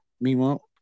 Meanwhile